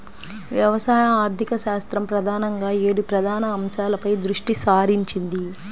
వ్యవసాయ ఆర్థికశాస్త్రం ప్రధానంగా ఏడు ప్రధాన అంశాలపై దృష్టి సారించింది